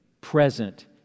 present